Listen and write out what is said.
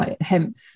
hemp